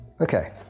Okay